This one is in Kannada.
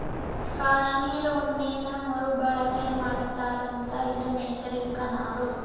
ಕಾಶ್ಮೇರ ಉಣ್ಣೇನ ಮರು ಬಳಕೆ ಮಾಡತಾರಂತ ಇದು ನೈಸರ್ಗಿಕ ನಾರು